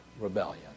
rebellion